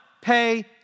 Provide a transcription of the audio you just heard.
pay